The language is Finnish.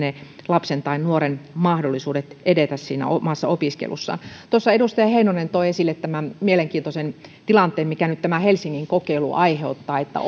lapsen tai nuoren mahdollisuudet edetä omassa opiskelussaan tuossa edustaja heinonen toi esille tämän mielenkiintoisen tilanteen minkä nyt tämä helsingin kokeilu aiheuttaa että